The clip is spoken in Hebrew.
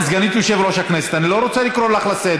זה לא מתאים לך.